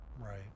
right